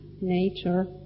nature